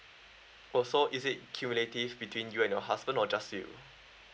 oh so is it cumulative between you and your husband or just you